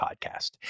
podcast